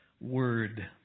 word